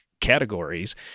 categories